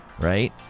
right